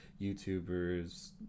YouTubers